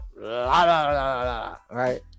Right